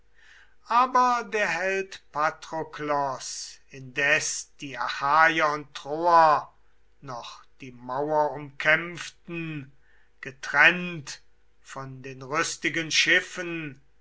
aber der held patroklos indes die achaier und troer noch die mauer umkämpften getrennt von den rüstigen schiffen